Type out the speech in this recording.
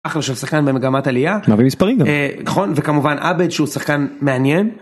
אחלה של שחקן במגמת עלייה וכמובן עבאד שהוא שחקן מעניין.